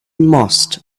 must